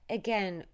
again